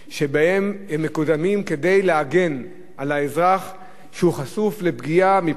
שאנחנו מקדמים כדי להגן על האזרח שחשוף לפגיעה מפני